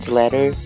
letter